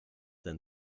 then